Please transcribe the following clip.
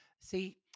See